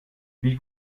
wie